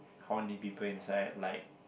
how many people inside like